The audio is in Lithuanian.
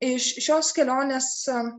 iš šios kelionės